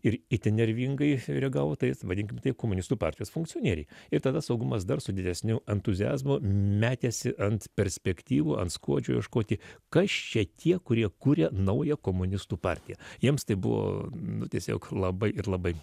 ir itin nervingai reagavo taip vadinkim taip komunistų partijos funkcionieriai ir tada saugumas dar su didesniu entuziazmu metėsi ant perspektyvų ant skuodžio ieškoti kas čia tie kurie kuria naują komunistų partiją jiems tai buvo nu tiesiog labai ir labai